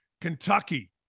Kentucky